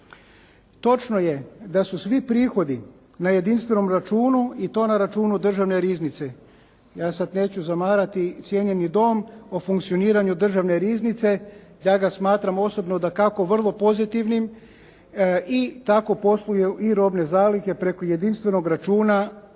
Točno je da su svi prihodi na jedinstvenom računu i to na računu Državne riznice. Ja sada neću zamarati cijenjeni dom o funkcioniranju Državne riznice, ja ga smatram osobno dakako vrlo pozitivnim i tako posluju i robne zalihe preko jedinstvenog računa Državne